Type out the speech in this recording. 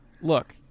look